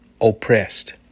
oppressed